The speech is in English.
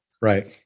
Right